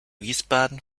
wiesbaden